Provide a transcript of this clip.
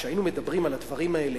כשהיינו מדברים על הדברים האלה,